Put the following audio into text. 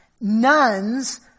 nuns